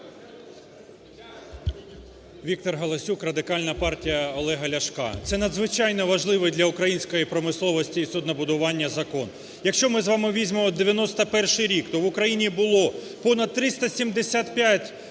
Віктор Галасюк, Радикальна партія Олега Ляшка. Це надзвичайно важливий для української промисловості і суднобудування закон. Якщо ми з вами візьмемо 91-й рік, то в Україні було понад 375